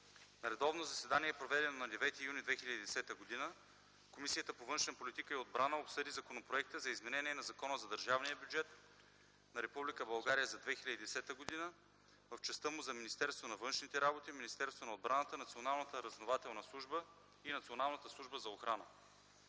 На редовно заседание, проведено на 9 юни 2010 г., Комисията по външна политика и отбрана обсъди Законопроекта за изменение и допълнение на Закона за държавния бюджет на Република България за 2010 г. в частта му за Министерството на външните работи, Министерството на отбраната, Националната разузнавателна служба и Националната служба за охрана.